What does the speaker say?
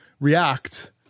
react